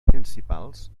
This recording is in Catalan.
principals